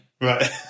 Right